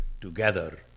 together